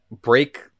break